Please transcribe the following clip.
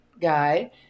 guy